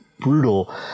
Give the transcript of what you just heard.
brutal